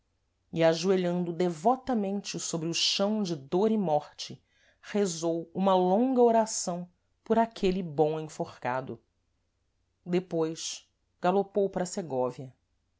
compreendeu e ajoelhando devotamente sôbre o chão de dor e morte rezou uma longa oração por aquele bom enforcado depois galopou para segóvia